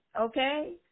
okay